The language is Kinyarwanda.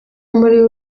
muri